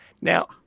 Now